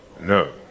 No